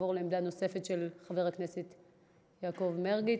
ונעבור לעמדה נוספת של חבר הכנסת יעקב מרגי.